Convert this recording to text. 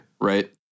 right